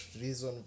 reason